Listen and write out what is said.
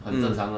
mm